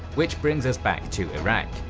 which brings us back to iraq,